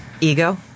Ego